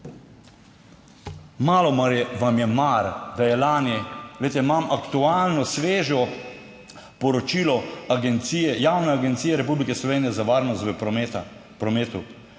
Malo vam je mar, da je lani –glejte, imam aktualno, sveže poročilo Javne agencije Republike Slovenije za varnost prometa